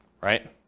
right